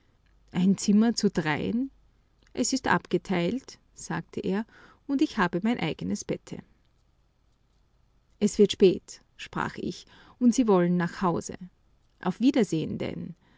ein zimmer zu dreien es ist abgeteilt sagte er und ich habe mein eigenes bette es wird spät sprach ich und sie wollen nach hause auf wiedersehen denn